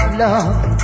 love